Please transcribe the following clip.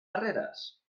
barreres